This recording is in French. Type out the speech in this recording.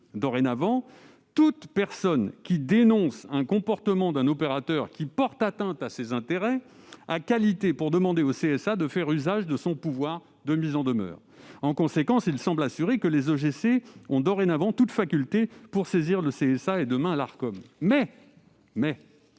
dorénavant, toute personne dénonçant un comportement d'un opérateur qui porte atteinte à ses intérêts a qualité pour demander au CSA de faire usage de son pouvoir de mise en demeure. En conséquence, il semble assuré que les organismes de gestion collective ont dorénavant toute faculté pour saisir le CSA et, demain, l'Arcom.